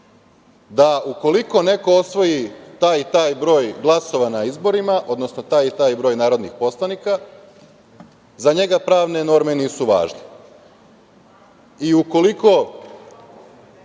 da, ukoliko neko osvoji taj i taj broj glasova na izborima, odnosno taj i taj broj narodnih poslanika, za njega pravne norme nisu važne. Ukoliko